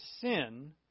sin